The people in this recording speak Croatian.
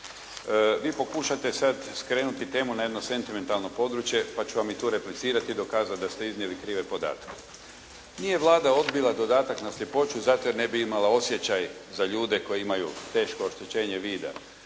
Vi pokušajte sada skrenuti temu na jedno sentimentalno područje, pa ću vam i tu replicirati, dokazati da ste iznijeli krive podatke. Nije Vlada odbila dodatak na sljepoću zato jer ne bi imala osjećaj za ljude koji imaju teško oštećenje vida,